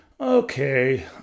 Okay